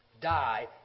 die